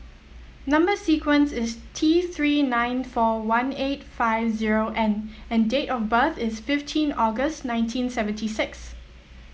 number sequence is T Three nine four one eight five zero N and date of birth is fifteen August nineteen seventy six